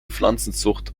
pflanzenzucht